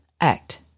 Act